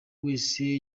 wese